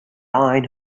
ein